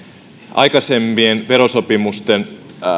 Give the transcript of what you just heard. aikaisempien verosopimusten